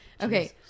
Okay